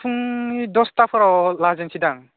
फुंनि दसथाफोराव लाजेननोसै दां